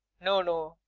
no, no.